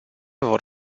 vor